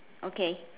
okay